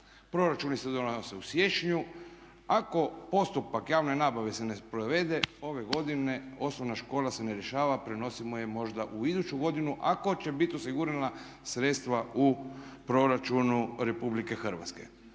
Proračuni se donose u siječnju. Ako postupak javne nabave se ne provede ove godine osnovna škola se ne rješava, prenosimo je možda u iduću godinu ako će biti osigurana sredstva u Proračunu Republike Hrvatske.